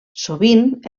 sovint